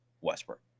Westbrook